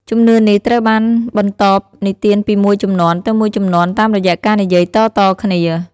ជំនឿនេះត្រូវបានបន្តនិទានពីមួយជំនាន់ទៅមួយជំនាន់តាមរយៈការនិយាយតៗគ្នា។